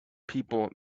people